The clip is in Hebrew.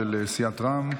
של סיעת רע"מ.